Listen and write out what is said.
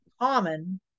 common